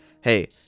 hey